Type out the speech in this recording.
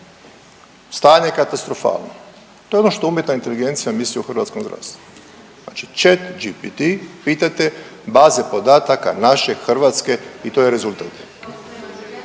stanje katastrofalno, to je ono što umjetna inteligencija misli o hrvatskom zdravstvu, znači Chat GPT pitajte baze podataka naše hrvatske i to je rezultat.